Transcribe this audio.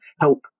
help